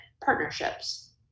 partnerships